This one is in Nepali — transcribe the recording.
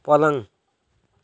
पलङ